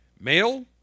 Male